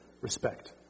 respect